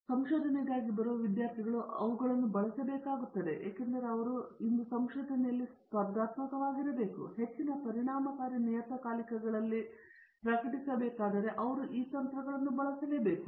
ಆದರೆ ಸಂಶೋಧನೆಗಾಗಿ ಬರುವ ವಿದ್ಯಾರ್ಥಿಗಳು ಅವುಗಳನ್ನು ಬಳಸಬೇಕಾಗುತ್ತದೆ ಏಕೆಂದರೆ ಅವರು ಇಂದು ಸಂಶೋಧನೆಯಲ್ಲಿ ಸ್ಪರ್ಧಾತ್ಮಕವಾಗಿರಬೇಕು ಮತ್ತು ಹೆಚ್ಚಿನ ಪರಿಣಾಮಕಾರಿ ನಿಯತಕಾಲಿಕಗಳಲ್ಲಿ ಪ್ರಕಟಿಸಬೇಕಾದರೆ ಅವರು ಈ ತಂತ್ರಗಳನ್ನು ಬಳಸಿ ಇರಬೇಕು